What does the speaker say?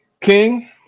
King